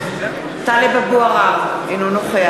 (קוראת בשמות חברי הכנסת) טלב אבו עראר, אינו נוכח